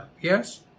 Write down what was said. Yes